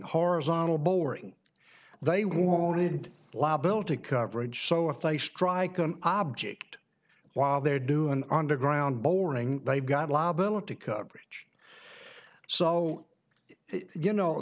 horizontal boring they wanted liability coverage so if they strike an object while they're doing underground borning they've got la bella to coverage so you know